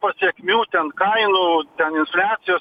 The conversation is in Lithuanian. pasekmių ten kainų ten infliacijosi